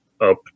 up